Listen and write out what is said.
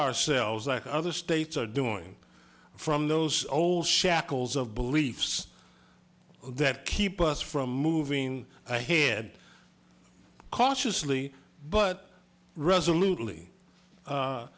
ourselves like other states are doing from those old shackles of beliefs that keep us from moving ahead cautiously but resolut